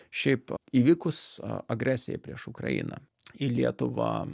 šiaip įvykus agresijai prieš ukrainą į lietuvą